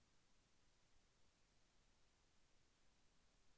Jersey ఆవు పేడ వాడితే భూమికి పోషకాలు లభించునా?